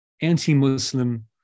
anti-Muslim